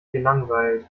gelangweilt